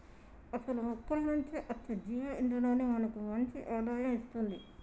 అసలు మొక్కల నుంచి అచ్చే జీవ ఇందనాన్ని మనకి మంచి ఆదాయం ఇస్తుంది